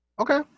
Okay